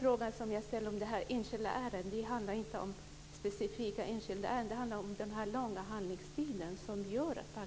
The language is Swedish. Frågan om det enskilda ärendet, gäller inte det specifika ärendet utan om den långa handläggningstid som gör att man